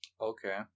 Okay